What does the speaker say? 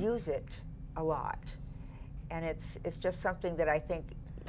use it a lot and it's it's just something that i think